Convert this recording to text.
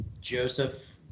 Joseph